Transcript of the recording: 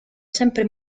sempre